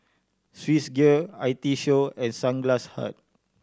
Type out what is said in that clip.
Swissgear I T Show and Sunglass Hut